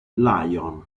lion